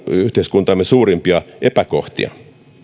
yhteiskuntamme suurimpia epäkohtia